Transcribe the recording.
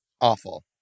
awful